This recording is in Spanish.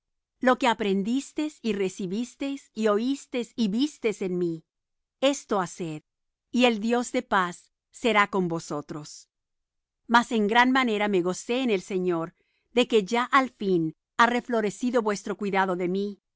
lo que aprendisteis y recibisteis y oísteis y visteis en mí esto haced y el dios de paz será con vosotros mas en gran manera me gocé en el señor de que ya al fin ha reflorecido vuestro cuidado de mí